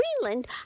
Greenland